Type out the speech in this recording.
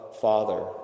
Father